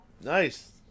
nice